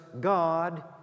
God